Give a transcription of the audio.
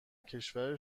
کشور